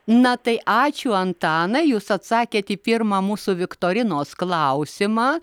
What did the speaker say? na tai ačiū antanai jūs atsakėt į pirmą mūsų viktorinos klausimą